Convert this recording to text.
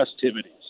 festivities